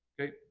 Okay